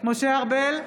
משה ארבל,